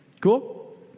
Cool